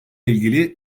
ilgili